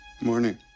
morning